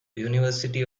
university